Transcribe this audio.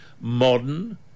modern